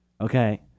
okay